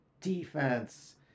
Defense